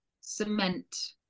cement